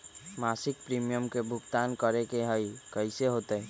मासिक प्रीमियम के भुगतान करे के हई कैसे होतई?